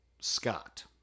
Scott